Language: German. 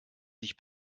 sich